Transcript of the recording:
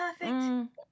perfect